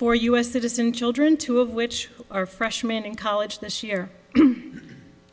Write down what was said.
four u s citizen children two of which are freshman in college this year